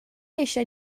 eisiau